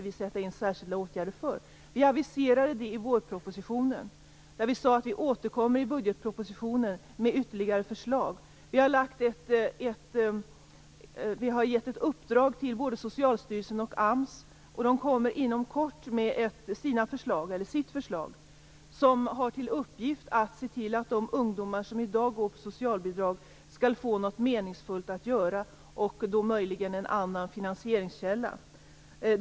Vi aviserade i vårpropositionen att vi skulle återkomma i budgetpropostionen med ytterligare förslag. Vi har gett ett uppdrag, både till Socialstyrelsen och till AMS, och de kommer inom kort att lägga fram sina förslag som syftar till att de ungdomar som i dag lever på socialbidrag skall få något meningsfullt att göra. Möjligen skall vi också använda en annan finansieringskälla.